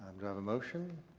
do i have a motion?